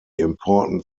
important